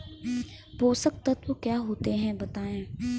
पोषक तत्व क्या होते हैं बताएँ?